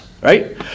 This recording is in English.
right